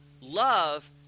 Love